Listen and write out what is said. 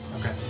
Okay